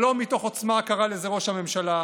שלום מתוך עוצמה, קרא לזה ראש הממשלה.